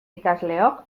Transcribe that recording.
ikasleok